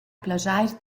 plaschair